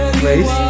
place